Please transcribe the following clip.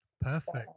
Perfect